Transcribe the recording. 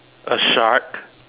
a shark